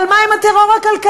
אבל מה עם הטרור הכלכלי?